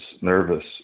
nervous